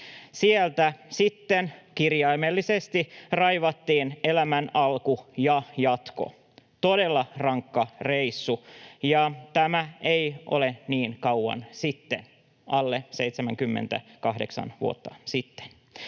Sieltä sitten kirjaimellisesti raivattiin elämän alku ja jatko. Todella rankka reissu, ja tämä ei ole niin kauan sitten, alle 78 vuotta sitten.